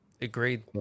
Agreed